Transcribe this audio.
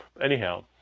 Anyhow